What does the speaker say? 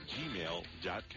gmail.com